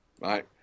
Right